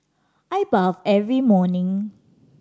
I bathe every morning